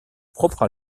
propre